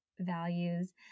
values